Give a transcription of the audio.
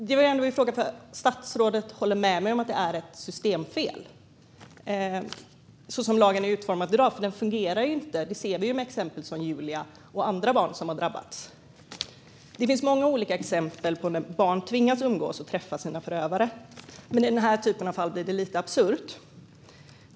Fru talman! Frågan var ändå om statsrådet håller med mig om att det är ett systemfel som lagen är utformad i dag. Den fungerar ju inte. Det ser vi genom exemplen med Julia och andra barn som har drabbats. Det finns många exempel där barn tvingas umgås med och träffa sina förövare. I den här typen av fall blir det lite absurt.